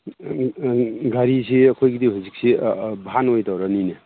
ꯒꯥꯔꯤꯁꯤ ꯑꯩꯈꯣꯏꯗꯤ ꯍꯧꯖꯤꯛꯁꯤ ꯚꯥꯟ ꯑꯣꯏꯅ ꯇꯧꯔꯅꯤꯅꯦ